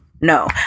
no